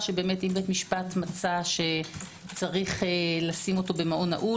שאם בית המשפט מצא שיש לשים אותו במעון נעול,